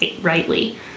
rightly